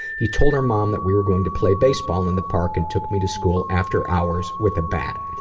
he told our mom that we were going to play baseball in the park and he took me to school after hours with a bat.